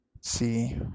see